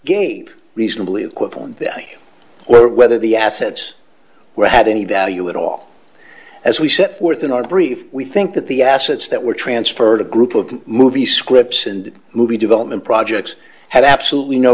gave reasonably equivalent or whether the assets were had any value at all as we said worth in our brief we think that the assets that were transferred a group of movie scripts and movie development projects had absolutely no